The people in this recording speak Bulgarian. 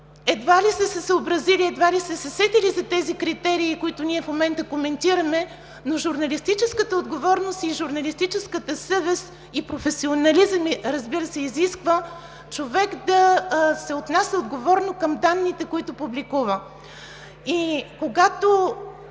едва ли са се съобразили, едва ли са се сетили за тези критерии, които ние в момента коментираме, но журналистическата отговорност, журналистическата съвест и професионализъм, разбира се, изискват човек да се отнася отговорно към данните, които публикува. Когато